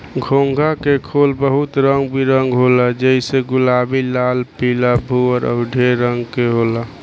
घोंघा के खोल खूब रंग बिरंग होला जइसे गुलाबी, लाल, पीला, भूअर अउर ढेर रंग में होला